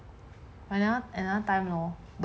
another another time lor